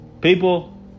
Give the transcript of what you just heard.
People